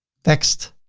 text,